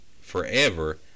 forever